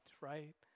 Right